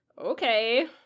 okay